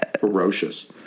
ferocious